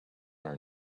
are